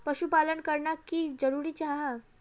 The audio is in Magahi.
पशुपालन करना की जरूरी जाहा?